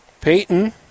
Peyton